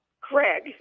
Craig